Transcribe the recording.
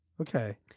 Okay